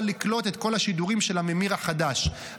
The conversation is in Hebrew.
לקלוט את כל השידורים של הממיר החדש.